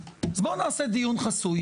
אז בואו נעשה דיון חסוי.